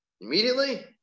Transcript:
Immediately